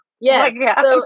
Yes